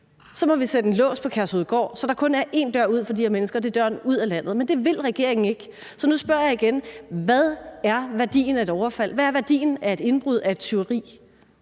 så må vi sætte en lås på Kærshovedgård, så der kun er en dør ud for de her mennesker, og det er døren ud af landet. Men det vil regeringen ikke, så nu spørger jeg igen: Hvad er værdien af et overfald, hvad er værdien af et indbrud, af et tyveri?